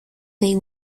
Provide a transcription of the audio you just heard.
they